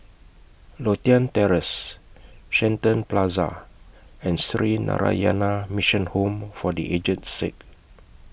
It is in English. Lothian Terrace Shenton Plaza and Sree Narayana Mission Home For The Aged Sick